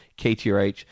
KTRH